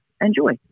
enjoy